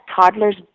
toddlers